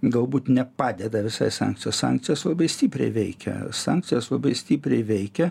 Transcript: galbūt nepadeda visai sankcijos sankcijos labai stipriai veikia sankcijos labai stipriai veikia